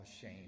shame